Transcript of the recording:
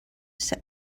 set